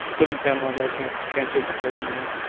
lived in panama though. i can't can't take the cold anymore.